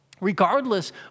regardless